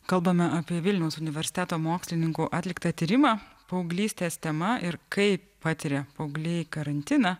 kalbame apie vilniaus universiteto mokslininkų atliktą tyrimą paauglystės tema ir kaip patiria paaugliai karantiną